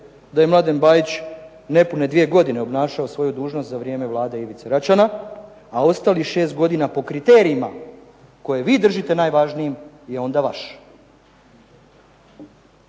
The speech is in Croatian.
da je Mladen BAjić nepune dvije godine obnašao dužnost za vrijeme vlade Ivice Račana, a ostalih 6 godina po kriterijima koje vi držite najvažnijim je onda vaš.